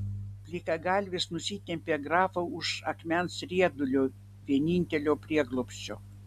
plikagalvis nusitempė grafą už akmens riedulio vienintelio prieglobsčio